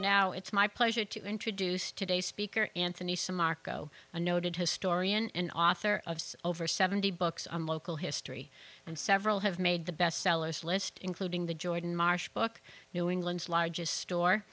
now it's my pleasure to introduce today speaker anthony some marco a noted historian and author of over seventy books on local history and several have made the best sellers list including the jordan marsh book new england's largest store